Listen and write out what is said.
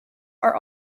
are